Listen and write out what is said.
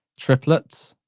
triplets,